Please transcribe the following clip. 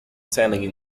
sailing